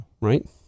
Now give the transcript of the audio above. Right